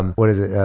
what is it?